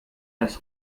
das